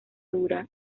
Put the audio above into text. dura